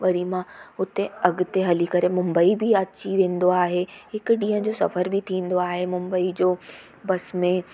वरी मां हुते अॻिते हली करे मुंबई बि अची वेंदो आहे हिक ॾींहं जो सफ़र बि थींदो आहे मुंबई जो बस में